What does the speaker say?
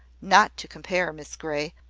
not to compare, miss grey,